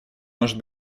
может